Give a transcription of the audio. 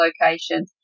location